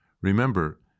Remember